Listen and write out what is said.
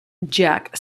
jack